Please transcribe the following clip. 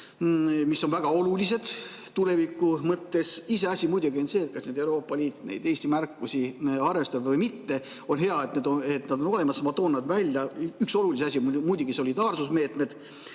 mis on väga olulised tuleviku mõttes. Iseasi muidugi on see, kas Euroopa Liit neid Eesti märkusi arvestab või mitte, aga on hea, et nad on olemas. Ma toon nad välja. Oluline asi on muidugi solidaarsusmeetmed